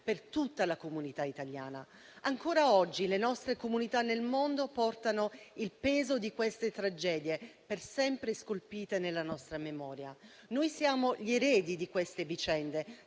per tutta la comunità italiana. Ancora oggi le nostre comunità nel mondo portano il peso di queste tragedie, per sempre scolpite nella nostra memoria. Noi siamo gli eredi di quelle vicende,